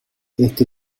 este